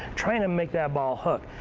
trying to make that ball hook.